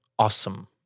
Awesome